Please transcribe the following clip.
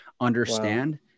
Understand